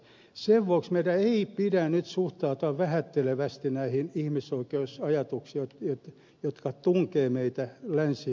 sen vuoksi meidän ei pidä nyt suhtautua vähättelevästi näihin ihmisoikeusajatuksiin jotka tunkevat meille länsi euroopasta